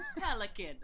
pelican